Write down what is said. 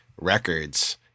records